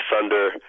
thunder